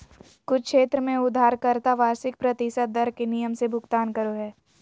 कुछ क्षेत्र में उधारकर्ता वार्षिक प्रतिशत दर के नियम से भुगतान करो हय